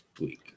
week